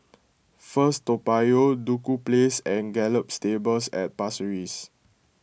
First Toa Payoh Duku Place and Gallop Stables at Pasir Ris